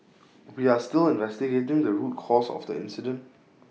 we are still investigating the root cause of the incident